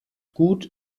gut